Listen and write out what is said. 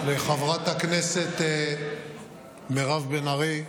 תודה לחברת הכנסת מירב בן ארי.